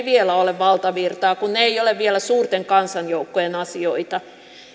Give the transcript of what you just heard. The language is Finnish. vielä ole valtavirtaa kun ne eivät ole vielä suurten kansanjoukkojen asioita